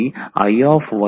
ఇవి ఇక్కడ ఉపయోగించిన సూచనలు